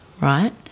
right